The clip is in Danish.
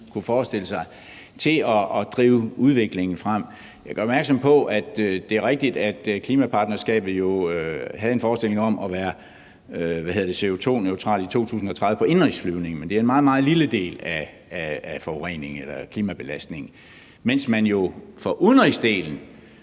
kunne forestille sig, til at drive udviklingen frem? Jeg gør opmærksom på, at det er rigtigt, at man i klimapartnerskabet havde en forestilling om, at man skulle være CO2-neutral i 2030 på indenrigsflyvning, men det er en meget, meget lille del af klimabelastningen, mens man jo på udenrigsdelen,